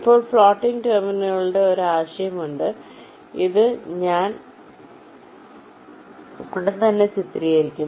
ഇപ്പോൾ ഫ്ലോട്ടിംഗ് ടെർമിനലുകളുടെ ഒരു ആശയം ഉണ്ട് ഇത് ഞാൻ ഉടൻ തന്നെ ചിത്രീകരിക്കും